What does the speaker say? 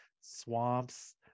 swamps